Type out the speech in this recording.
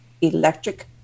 electric